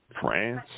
France